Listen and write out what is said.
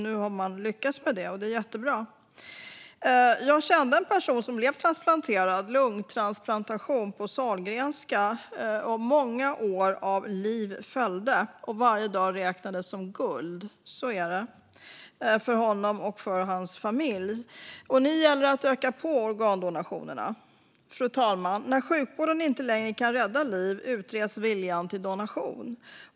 Nu har man lyckats med det, och det är jättebra. Jag kände en person som blev transplanterad; det handlade om en lungtransplantation på Sahlgrenska. Många år av liv följde, och varje dag räknades som guld för honom och hans familj. Nu gäller det att öka antalet organdonationer. Fru talman! När sjukvården inte längre kan rädda liv utreds viljan till donation.